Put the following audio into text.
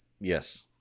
Yes